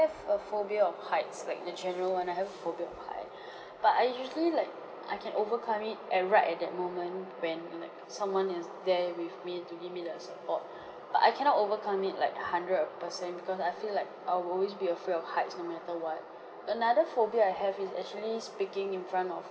a phobia of heights like the general one I have phobia of height but I usually like I can overcome it and right at that moment when like someone is there with me to give me their support but I cannot overcome it like hundred uh per cent because I feel like I will always be afraid of heights no matter what another phobia I have is actually speaking in front of